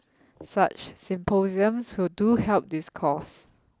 such symposiums do help this cause